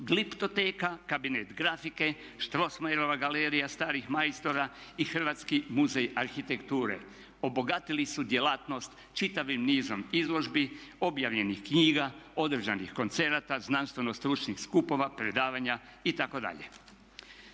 gliptoteka, kabinet grafike, Strossmayerova starih majstora i Hrvatski muzej arhitekture. Obogatili su djelatnost čitavim nizom izložbi, objavljenih knjiga, održanih koncerata, znanstveno-stručnih skupova, predstavanja itd..